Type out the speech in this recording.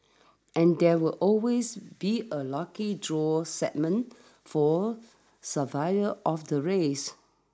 and there will always be a lucky draw segment for survivors of the race